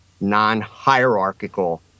non-hierarchical